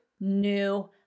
new